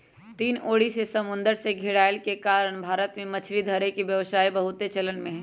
तीन ओरी से समुन्दर से घेरायल के कारण भारत में मछरी धरे के व्यवसाय बहुते चलन में हइ